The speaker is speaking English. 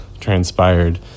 transpired